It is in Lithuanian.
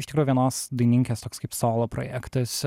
iš tikro vienos dainininkės toks kaip solo projektas